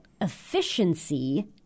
efficiency